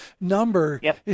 number